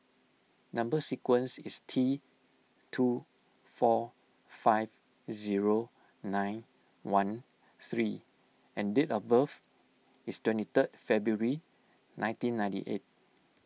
Number Sequence is T two four five zero nine one three and date of birth is twenty third February nineteen ninety eight